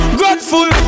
grateful